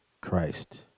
Christ